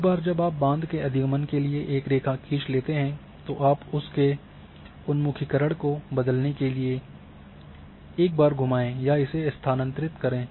एक बार जब आप बांध के अधिगम के लिए एक रेखा खींच लेते हैं तो आप उस के उन्मुखीकरण को बदलने के लिए एक बार घुमाएं या इसे स्थानांतरित करें